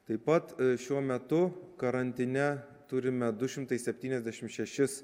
taip pat šiuo metu karantine turime du šimtai septyniasdešim šešis